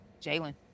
Jalen